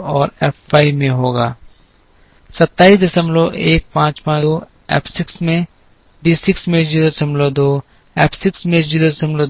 271552 F 6 में D 6 में 02 F 6 में